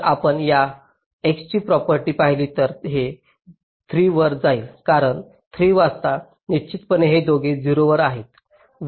जर आपण या x ची प्रॉपर्टी पाहिली तर हे 3 वर जाईल कारण 3 वाजता निश्चितच ते दोघे 0 वर आहेत